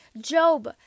Job